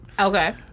Okay